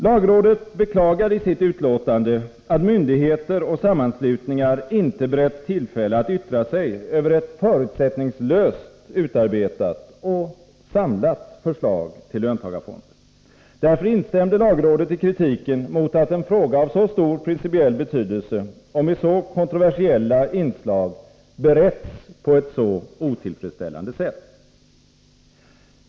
Lagrådet beklagade i sitt utlåtande att myndigheter och sammanslutningar inte beretts tillfälle att yttra sig över ett förutsättningslöst utarbetat och samlat förslag till löntagarfonder. Därför instämde lagrådet i kritiken mot att en fråga av så stor principiell betydelse och med så kontroversiella inslag beretts på ett så otillfredsställande sätt.